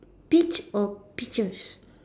peach or peaches